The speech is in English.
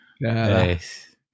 Yes